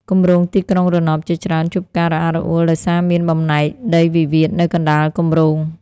គម្រោងទីក្រុងរណបជាច្រើនជួបការរអាក់រអួល ដោយសារមានបំណែកដីវិវាទនៅកណ្ដាលគម្រោង។